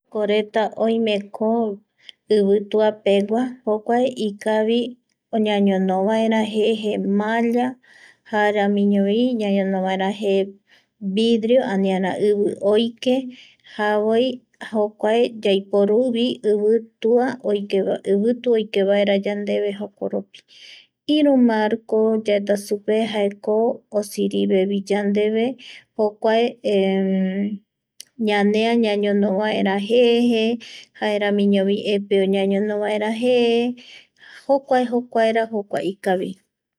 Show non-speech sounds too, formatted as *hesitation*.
Reta oimeko ivituapegua jokuae ikavi ñañono vaera je malla jaeramiñovi ñañonovaera je vidrio aniara ivi oike javoi jokuae yaiporuvi *hesitation* ivitu oikevaera vaera yandeve jokoropi, iru mmarco yaeta supe jaeko osirivevi yandeve hokuae *hesitation* ñanea ñañono vaera jeje jaeramoñovi epeo ñañono vaera je jokuae jokuae jokuaera ikavi